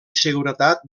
seguretat